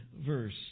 verse